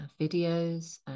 videos